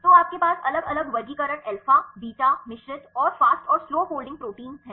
तो आपके पास अलग अलग वर्गीकरण अल्फा बीटा मिश्रित और फ़ास्ट और स्लो फोल्डिंग प्रोटीन हैं